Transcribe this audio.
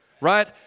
Right